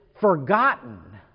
forgotten